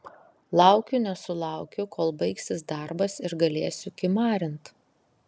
laukiu nesulaukiu kol baigsis darbas ir galėsiu kimarint